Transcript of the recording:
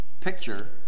Picture